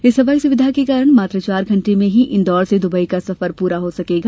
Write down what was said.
इस हवाई सुविधा के कारण मात्र चार घंटे में ही इंदौर से दुबई का सफर पूरा हो सकेगा